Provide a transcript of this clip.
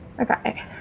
Okay